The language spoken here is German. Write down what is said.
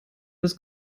des